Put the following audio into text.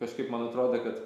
kažkaip man atrodė kad